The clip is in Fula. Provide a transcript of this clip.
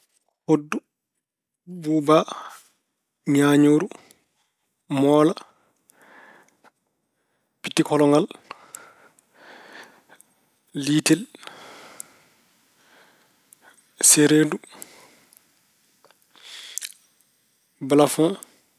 Hoɗdu, buuba, ñaañooru, moola, bittikolangal, liitel, sereendu, balafoŋ.